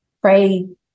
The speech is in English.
pray